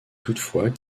toutefois